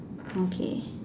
okay